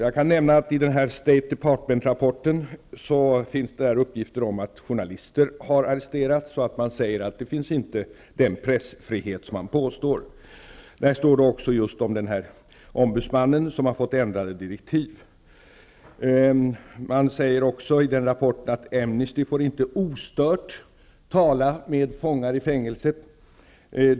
Jag kan nämna att det i State Department-rapporten finns uppgifter om att journalister har arresterats och att det inte finns den pressfrihet som man påstår sig ha. Det nämns också att ombudsmannen har fått ändrade direktiv. Man säger även i rapporten att Amnesty inte får tala ostört med fångar i fängelset.